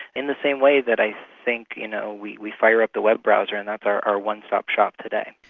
in the same way that i think you know we we fire up the web browser and that's our our one-stop shop today.